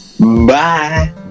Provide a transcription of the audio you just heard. Bye